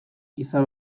izan